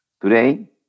Today